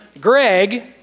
Greg